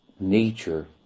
Nature